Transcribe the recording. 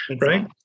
right